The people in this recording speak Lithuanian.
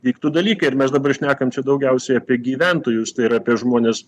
vyktų dalykai ir mes dabar šnekam daugiausiai apie gyventojus tai yra apie žmones